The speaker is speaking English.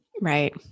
Right